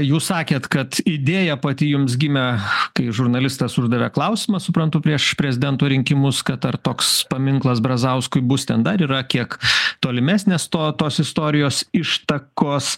jūs sakėt kad idėja pati jums gimė kai žurnalistas uždavė klausimą suprantu prieš prezidento rinkimus kad ar toks paminklas brazauskui bus ten dar yra kiek tolimesnės to tos istorijos ištakos